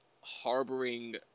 harboring